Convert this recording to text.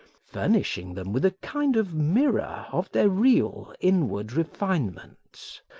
furnishing them with a kind of mirror of their real inward refinements,